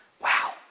Wow